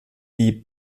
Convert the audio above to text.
die